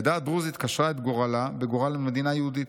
"העדה הדרוזית קשרה את גורלה בגורל המדינה היהודית,